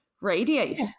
radiate